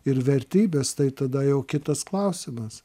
ir vertybės tai tada jau kitas klausimas